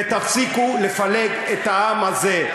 ותפסיקו לפלג את העם הזה.